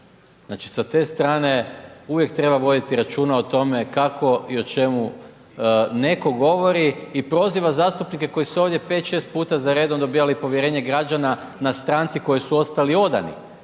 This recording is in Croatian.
Znači, sa te strane uvijek treba voditi računa o tome kako i o čemu netko govori i proziva zastupnike koji su ovdje 5-6 puta za redom dobivali povjerenje građana na stranci kojoj su ostali odani,